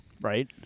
right